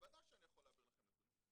בוודאי שאני יכול להעביר לכם נתונים.